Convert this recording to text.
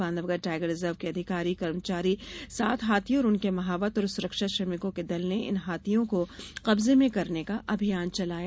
Bandhavgarh tiger reserve के अधिकारी कर्मचारी सात हाथी और उनके महावत और सुरक्षा श्रमिकों के दल ने इन हाथियों को कब्जे में करने का अभियान चलाया